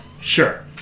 Sure